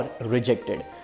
Rejected